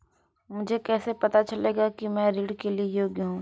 मुझे कैसे पता चलेगा कि मैं ऋण के लिए योग्य हूँ?